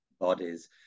bodies